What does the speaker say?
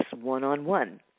one-on-one